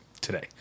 today